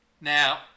Now